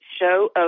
show